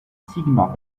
sigma